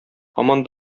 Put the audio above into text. һаман